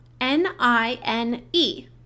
N-I-N-E